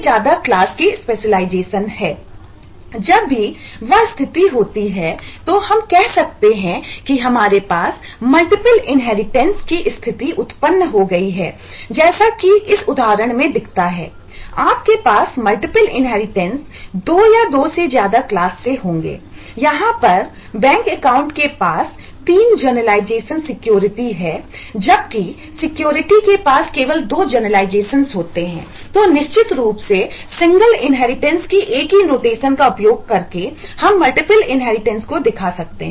जब भी वह स्थिति होती है तो हम कह सकते हैं कि हमारे पास मल्टीपल इनहेरिटेंस सकते हैं